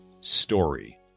story